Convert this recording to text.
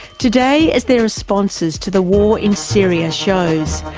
today as their responses to the war in syria shows,